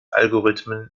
algorithmen